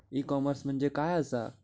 E commerce म्हणजे काय असा?